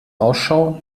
ausschau